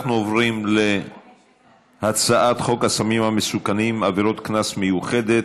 אנחנו עוברים להצעת חוק הסמים המסוכנים (עבירת קנס מיוחדת,